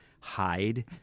hide